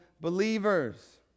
believers